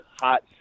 hot